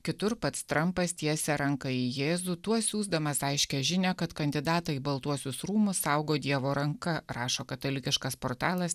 kitur pats trumpas tiesia ranką į jėzų tuo siųsdamas aiškią žinią kad kandidatą į baltuosius rūmus saugo dievo ranka rašo katalikiškas portalas